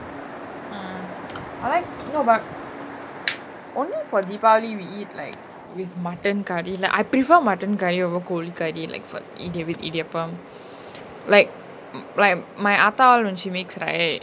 mm I like no but only for deepavali we eat like with mutton curry lah I prefer mutton curry over கோழி:koli curry like for it with idiyappam like like my aththa when she makes right